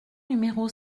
numéro